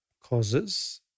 causes